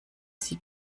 sie